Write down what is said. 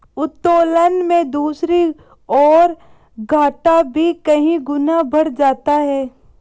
उत्तोलन में दूसरी ओर, घाटा भी कई गुना बढ़ जाता है